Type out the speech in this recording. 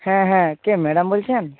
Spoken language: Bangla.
হ্যাঁ হ্যাঁ কে ম্যাডাম বলছেন